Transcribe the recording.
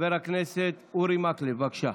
חבר הכנסת אורי מקלב, בבקשה,